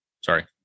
sorry